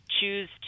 choose